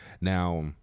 Now